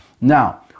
Now